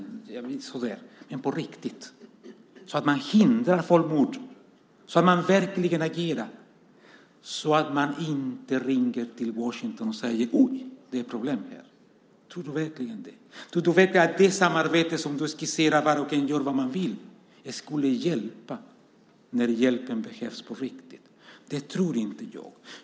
Men kan vi göra något på riktigt, så att man hindrar folkmord, så att man verkligen agerar - så att man inte ringer till Washington och säger: Oj, det är problem här? Tror du verkligen det? Tror du verkligen att det samarbete som du skisserar, där var och en gör vad man vill, skulle hjälpa när hjälpen behövs på riktigt? Det tror inte jag.